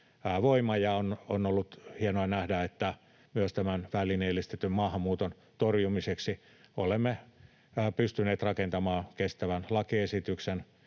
On ollut hienoa nähdä, että myös tämän välineellistetyn maahanmuuton torjumiseksi olemme pystyneet rakentamaan kestävän lakiesityksen